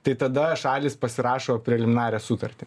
tai tada šalys pasirašo preliminarią sutartį